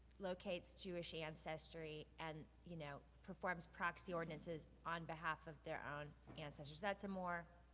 locates jewish ancestry and you know performs proxy ordinances on behalf of their own ancestors. that's a more,